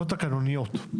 תקנוניות.